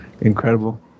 incredible